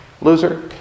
loser